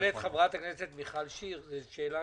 שואלת חברת הכנסת מיכל שיר, וזו שאלה